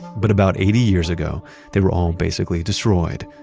but about eighty years ago they were all basically destroyed.